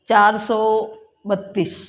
चार सौ बत्तीस